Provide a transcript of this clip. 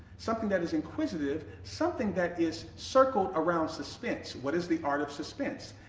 something that is inquisitive, something that is circled around suspense. what is the art of suspense?